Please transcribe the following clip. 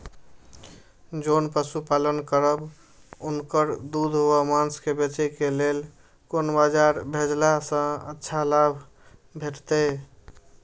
जोन पशु पालन करब उनकर दूध व माँस के बेचे के लेल कोन बाजार भेजला सँ अच्छा लाभ भेटैत?